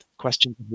Questions